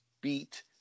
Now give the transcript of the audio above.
beat